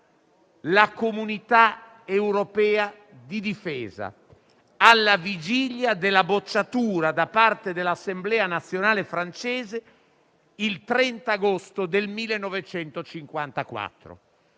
la comunità europea di difesa; alla vigilia della bocciatura da parte dell'Assemblea nazionale francese, il 30 agosto 1954.